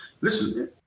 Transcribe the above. listen